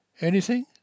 Anything